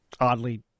Oddly